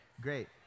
great